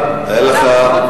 לנו,